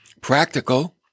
practical